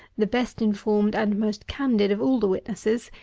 the best informed and most candid of all the witnesses,